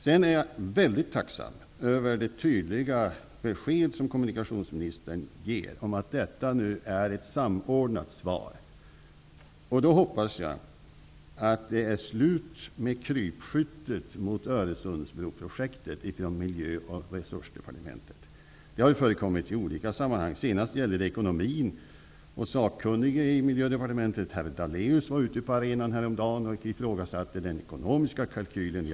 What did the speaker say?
Jag är väldigt tacksam över det tydliga besked som kommunikationsministern ger om att svaret är samordnat. Jag hoppas att det är slut med krypskyttet mot Öresundsbroprojektet från Miljöoch naturresursdepartementet. Det har förekommit i olika sammanhang. Senast gällde det ekonomin. Sakkunnige i Miljö och naturresursdepartementet Lennart Daléus var ute på arenan häromdagen och ifrågasatte den ekonomiska kalkylen.